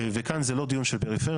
וכאן זה לא דיון של פריפריה,